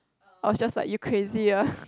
I was just like you crazy ah